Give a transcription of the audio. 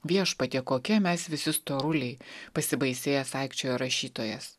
viešpatie kokie mes visi storuliai pasibaisėjęs aikčiojo rašytojas